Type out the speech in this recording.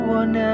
one